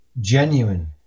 genuine